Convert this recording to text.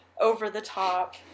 over-the-top